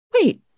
wait